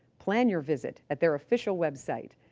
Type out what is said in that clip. plan your visit at their official website,